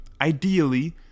Ideally